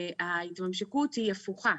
ההתממשקות היא הפוכה.